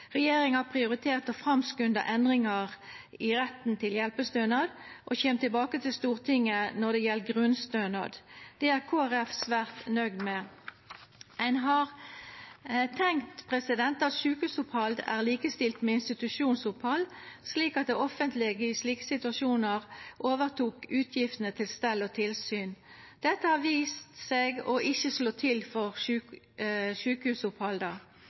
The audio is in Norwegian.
Regjeringa har prioritert å framskunda endringar i retten til hjelpestønad og kjem tilbake til Stortinget når det gjeld grunnstønad. Det er Kristeleg Folkeparti svært nøgd med. Ein har tenkt at sjukehusopphald er likestilte med institusjonsopphald, slik at det offentlege i slike situasjonar overtek utgiftene til stell og tilsyn. Dette har vist seg ikkje å slå til for sjukehusopphalda,